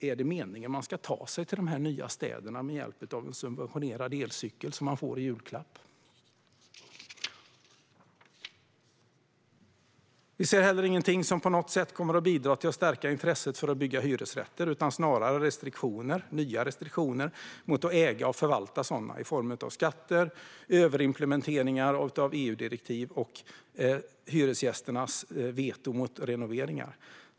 Är det meningen att man ska ta sig till de här nya städerna med hjälp av en subventionerad elcykel som man får i julklapp? Vi ser heller ingenting som på något sätt kommer att bidra till att stärka intresset för att bygga hyresrätter, utan snarare nya restriktioner mot att äga och förvalta sådana. Restriktionerna kommer i form av skatter, överimplementeringar av EU-direktiv och hyresgästers veto mot renoveringar.